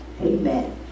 Amen